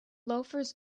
loafers